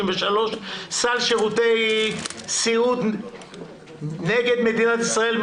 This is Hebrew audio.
"סל" שירותי סיעוד נגד מדינת ישראל,